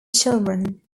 children